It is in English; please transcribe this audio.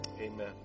amen